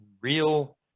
real